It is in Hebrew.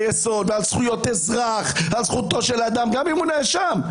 יסוד ועל זכויות אזרח ועל זכותו של אדם גם אם הוא נאשם.